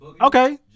Okay